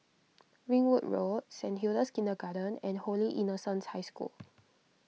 Ringwood Road Saint Hilda's Kindergarten and Holy Innocents' High School